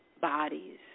bodies